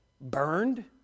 burned